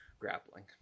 grappling